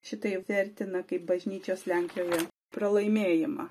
šitai vertina kaip bažnyčios lenkijoje pralaimėjimą